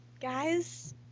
guys